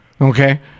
Okay